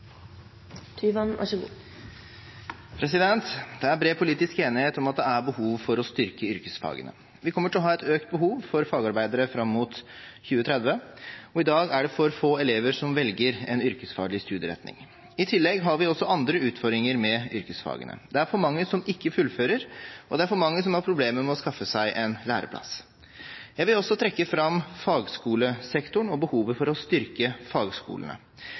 bred politisk enighet om at det er behov for å styrke yrkesfagene. Vi kommer til å ha et økt behov for fagarbeidere fram mot 2030, og i dag er det for få elever som velger en yrkesfaglig studieretning. I tillegg har vi også andre utfordringer med yrkesfagene. Det er for mange som ikke fullfører, og det er for mange som har problemer med å skaffe seg en læreplass. Jeg vil også trekke fram fagskolesektoren og behovet for å styrke fagskolene.